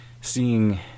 seeing